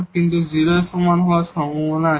কিন্তু 0 এর সমান হওয়ার সম্ভাবনা আছে